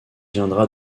viendra